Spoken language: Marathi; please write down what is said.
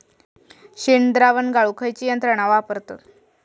शेणद्रावण गाळूक खयची यंत्रणा वापरतत?